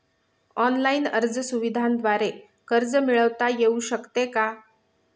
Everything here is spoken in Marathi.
ऑनलाईन अर्ज सुविधांद्वारे कर्ज मिळविता येऊ शकते का?